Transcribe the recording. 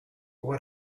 what